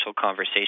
conversation